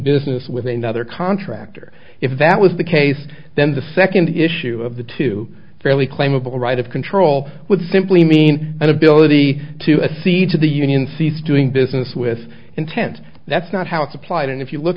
business with another contractor if that was the case then the second issue of the two fairly claimable right of control would simply mean an ability to a seed to the union cease doing business with intent that's not how it's applied and if you look